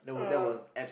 uh